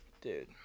Dude